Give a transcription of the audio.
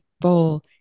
bowl